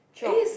chiong